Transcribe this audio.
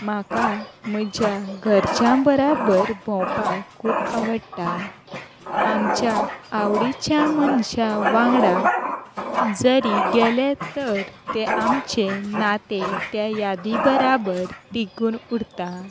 म्हाका म्हज्या घरच्यां बरोबर भोंवपाक खूब आवडटा आमच्या आवडीच्या मनशां वांगडा जरी गेले तर तें आमचें नातें त्या यादीं बरोबर तिगून उरता